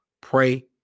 pray